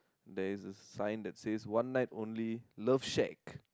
there is a side that say one night only love shape